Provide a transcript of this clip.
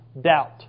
Doubt